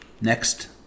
next